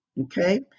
okay